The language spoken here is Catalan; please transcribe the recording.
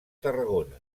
tarragona